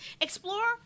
Explore